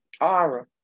Aura